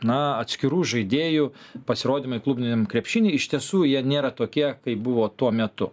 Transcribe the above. na atskirų žaidėjų pasirodymai klubiniam krepšiny iš tiesų jie nėra tokie kaip buvo tuo metu